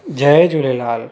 Jay Jhulelal